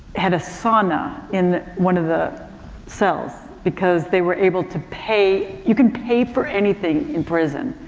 had a sauna in one of the cells because they were able to pay, you can pay for anything in prison.